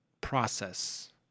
process